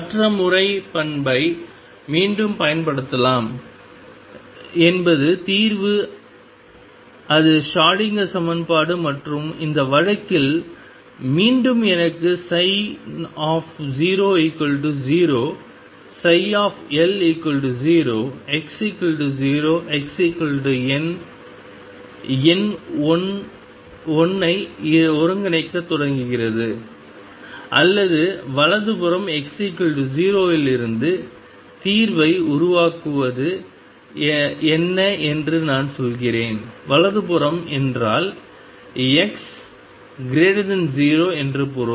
மற்ற முறை பண்பை மீண்டும் பயன்படுத்தலாம் என்பது தீர்வு அது ஷ்ரோடிங்கர் சமன்பாடு மற்றும் இந்த வழக்கில் மீண்டும் எனக்கு 00 L0 x0 xL எண் 1 ஒருங்கிணைக்கத் தொடங்குகிறது அல்லது வலதுபுறம் x 0 இலிருந்து தீர்வை உருவாக்குவது என்ன என்று நான் சொல்கிறேன் வலதுபுறம் என்றால் x0 என்று பொருள்